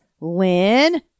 Lynn